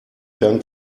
dank